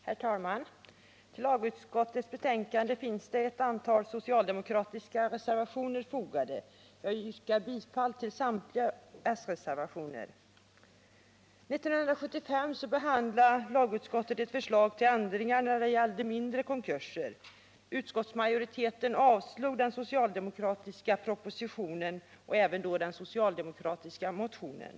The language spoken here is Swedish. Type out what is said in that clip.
Herr talman! Till lagutskottets betänkande finns ett antal socialdemokratiska reservationer fogade, och jag yrkar bifall till samtliga dessa sreservationer. konkurser. Utskottsmajoriteten avstyrkte den socialdemokratiska propositionen och även den socialdemokratiska reservationen.